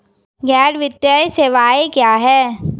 गैर वित्तीय सेवाएं क्या हैं?